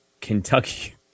Kentucky